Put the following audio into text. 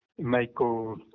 Michael